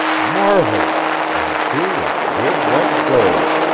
marvelous and true as good, red gold.